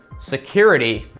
security,